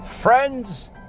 Friends